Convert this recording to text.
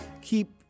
Keep